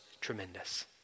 tremendous